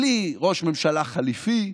בלי ראש ממשלה חליפי,